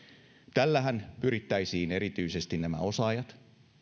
tällähän pyrittäisiin erityisesti nämä osaajat